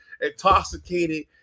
intoxicated